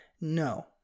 No